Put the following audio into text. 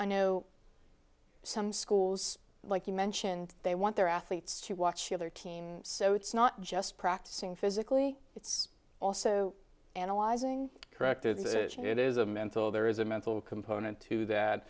i know some schools like you mentioned they want their athletes to watch other teen so it's not just practicing physically it's also analyzing corrected it is a mental there is a mental component to that